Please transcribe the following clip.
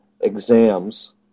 exams